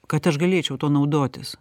kad aš galėčiau tuo naudotis